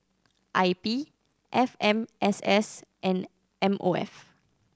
I P F M S S and M O F